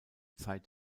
zeit